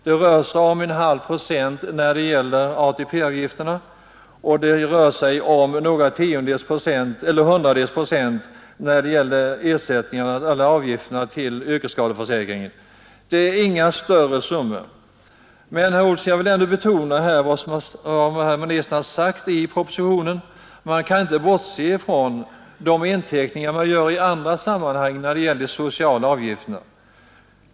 Det rör sig om 0,5 procent när det gäller ATP-avgifterna och några hundradels procent när det gäller avgifterna till yrkesskadeförsäkringen. Det är inga större summor. Jag vill ändå betona, herr Olsson, vad socialministern sagt i propositionen om att man inte kan bortse ifrån de inteckningar man gör i andra sammanhang när det gäller socialutgifter.